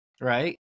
Right